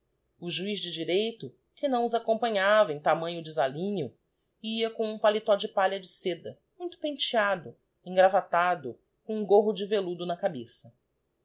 o juiz de direita que não os acompanhava em tamanho desalinho ia com um paletot de palha de seda muito penteado engravatado com um gorro de velludo na cabeça